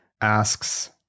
asks